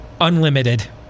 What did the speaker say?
Unlimited